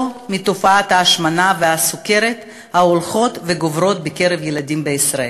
מתופעות ההשמנה והסוכרת ההולכות וגוברות בקרב ילדים בישראל.